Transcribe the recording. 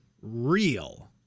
real